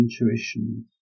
intuitions